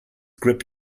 grip